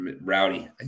Rowdy